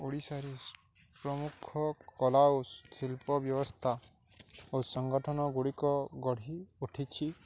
ଓଡ଼ିଶାରେ ପ୍ରମୁଖ କଳା ଓ ଶିଳ୍ପ ବ୍ୟବସ୍ଥା ଓ ସଂଗଠନ ଗୁଡ଼ିକ ଗଢ଼ି ଉଠିଛି